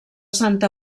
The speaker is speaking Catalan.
santa